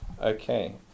Okay